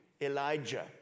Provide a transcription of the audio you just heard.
Elijah